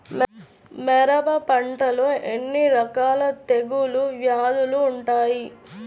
మిరప పంటలో ఎన్ని రకాల తెగులు వ్యాధులు వుంటాయి?